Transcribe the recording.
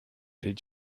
did